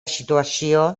situació